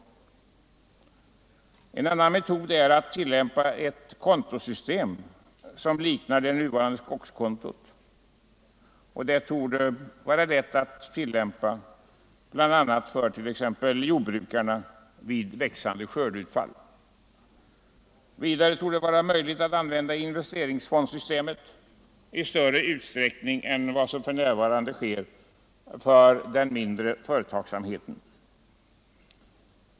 En annan metod är att använda ett kontosystem som liknar det nuvarande skogskontot. Det torde vara lätt att tillämpa bl.a. för jordbrukarna vid växlande skördeutfall. Vidare torde det vara möjligt att använda investeringsfondssystemet i större utsträckning än vad som för närvarande sker för den mindre företagsamheten.